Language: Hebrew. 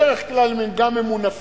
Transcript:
בדרך כלל הם גם ממונפים,